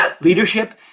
Leadership